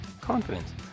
confidence